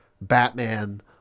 Batman